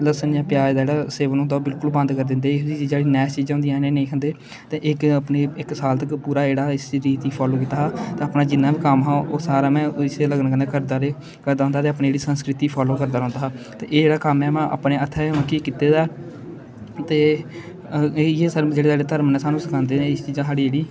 लह्सन जां प्याज दा जेह्ड़ा सेबन होंदा ओह् बिलकुल बंद करी दिंदे इ'यै जेही जेह्ड़ी चीजां नैश चीजां होंदियां इ'नें गी नेईं खंदे ते इक अपनी इक साल तक्कर पूरा जेह्ड़ा इस रीत गी फालो कीता हा ते अपना जिन्ना बी कम्म हा ओह् सारा में इस्सै लगन कन्नै करदा रेहा करदा होंदा हा ते अपनी जेह्ड़ी संस्कृति गी फालो करदा रौंह्दा हा ते एह् जेह्ड़ा कम्म ऐ में अपने हत्थें मतलब कि कीते दा ऐ ते इ'यै सब्भ जेह्ड़े साढ़े धरम न एह् सानूं सखांदे न चीजां साढ़ी जेह्ड़ी